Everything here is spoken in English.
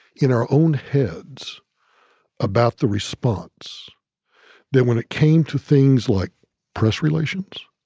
in our own heads about the response that, when it came to things like press relations,